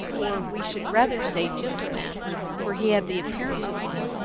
or we should rather say gentleman for he had the appearance of one,